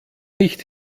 nicht